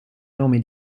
nomi